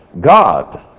God